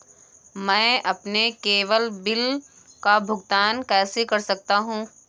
मैं अपने केवल बिल का भुगतान कैसे कर सकता हूँ?